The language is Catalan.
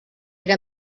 era